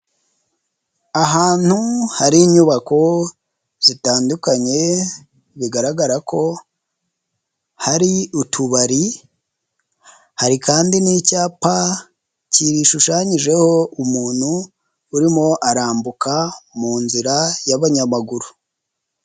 Ahantu hari inyubako zitandukanye bigaragara ko hari utubari hari kandi n'icyapa kishushanyijeho umuntu urimo arambuka mu nzira y'abanyamaguru.